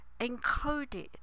encoded